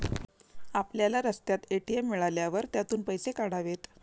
आपल्याला रस्त्यात ए.टी.एम मिळाल्यावर त्यातून पैसे काढावेत